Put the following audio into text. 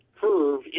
curve